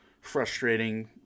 frustrating